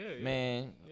man